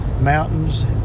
mountains